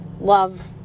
Love